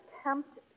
attempt